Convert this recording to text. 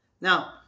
Now